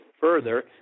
Further